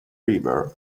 river